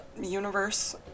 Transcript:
universe